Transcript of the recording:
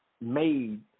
made